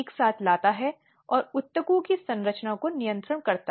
और बहुत महत्वपूर्ण रूप से उस नुकसान का निर्धारण करना जो पीड़ित को दिया गया है